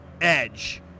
edge